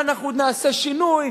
ואנחנו עוד נעשה שינוי,